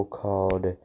called